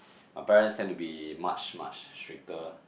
my parents tend to be much much stricter